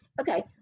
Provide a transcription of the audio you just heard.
okay